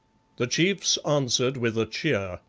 the chiefs answered with a cheer,